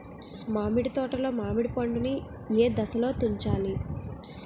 మామిడి తోటలో మామిడి పండు నీ ఏదశలో తుంచాలి?